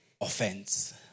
offense